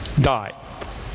died